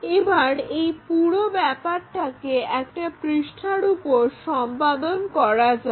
এবার এই পুরো ব্যাপারটাকে একটা পৃষ্ঠার উপর সম্পাদন করা যাক